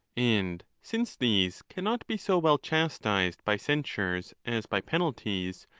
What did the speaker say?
and since these cannot be so well chastised by censures as by penalties,